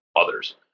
others